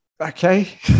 Okay